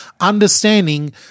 Understanding